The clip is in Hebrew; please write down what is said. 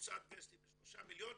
לקבוצת וסטי בשלושה מיליון,